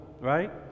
right